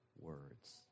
words